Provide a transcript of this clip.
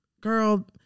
girl